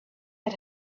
had